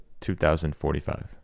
2045